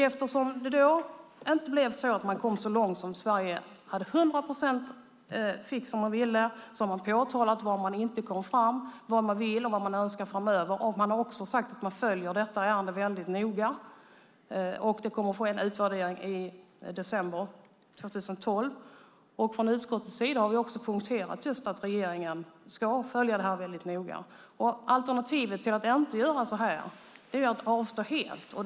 Eftersom man inte kom så långt att Sverige till hundra procent fick som Sverige ville har man påtalat var man inte kom fram, vad man vill och vad man önskar framöver. Man har också sagt att man följer detta ärende väldigt noga. Det kommer att ske en utvärdering i december 2012. Från utskottets sida har vi poängterat just att regeringen väldigt noga ska följa detta. Alternativet till att inte göra på nämnda sätt är att helt avstå.